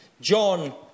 John